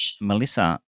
Melissa